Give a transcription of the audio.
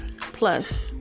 Plus